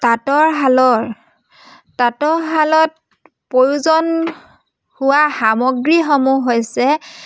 তাঁতৰশালৰ তাঁতৰ শালত প্ৰয়োজন হোৱা সামগ্ৰীসমূহ হৈছে